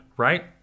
Right